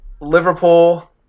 Liverpool